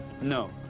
No